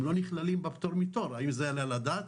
הם לא נכללים בפטור מתור האם זה יעלה על הדעת?